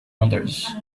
others